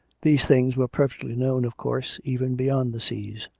these things were perfectly known, of course, even beyond the seas,